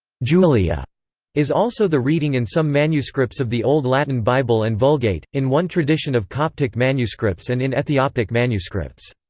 julia is also the reading in some manuscripts of the old latin bible and vulgate, in one tradition of coptic manuscripts and in ethiopic manuscripts.